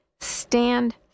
Stand